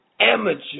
amateur